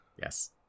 Yes